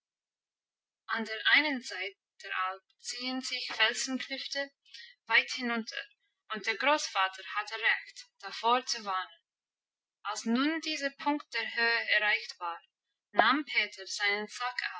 an der einen seite der alp ziehen sich felsenklüfte weit hinunter und der großvater hatte recht davor zu warnen als nun dieser punkt der höhe erreicht war nahm peter seinen